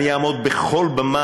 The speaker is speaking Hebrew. ואני אעמוד על כל במה,